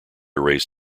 raise